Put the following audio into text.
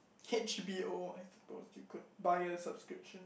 H_B_O I suppose you could buy a subscription